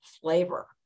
flavor